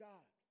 God